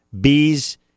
Bees